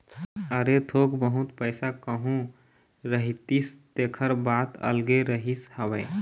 अरे थोक बहुत पइसा कहूँ रहितिस तेखर बात अलगे रहिस हवय